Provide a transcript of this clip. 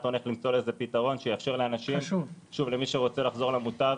הון למצוא לזה פתרון שיאפשר לאנשים שרוצים לחזור למוטב